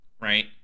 right